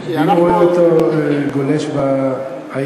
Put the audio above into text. ואם רואים אותו גולש באייפד?